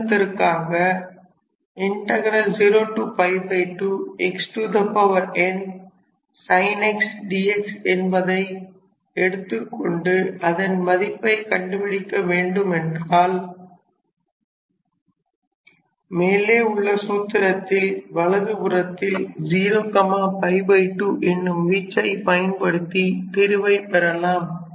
உதாரணத்திற்காக 0 2 xn sin x dx என்பதை எடுத்துக் கொண்டு அதன் மதிப்பை கண்டுபிடிக்க வேண்டுமென்றால் மேலே உள்ள சூத்திரத்தில் வலதுபுறத்தில் 0 2 என்னும் வீச்சை பயன்படுத்தி தீர்வைப் பெறலாம்